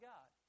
God